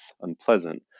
unpleasant